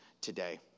today